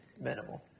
minimal